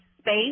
space